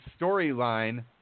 storyline